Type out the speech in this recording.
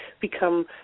become